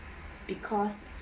because